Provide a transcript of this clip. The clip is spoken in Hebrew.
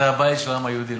זה הבית של העם היהודי.